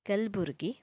Kalaburagi